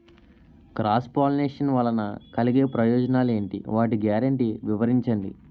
Cross pollination వలన కలిగే ప్రయోజనాలు ఎంటి? వాటి గ్యారంటీ వివరించండి?